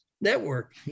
network